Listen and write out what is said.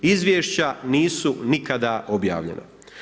Izvješća nisu nikada objavljena.